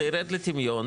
זה ירד לטמיון.